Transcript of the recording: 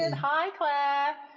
and hi, claire.